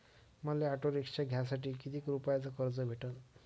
मले auto rickshaw घ्यासाठी कितीक रुपयाच कर्ज भेटनं?